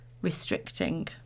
restricting